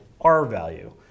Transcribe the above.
R-value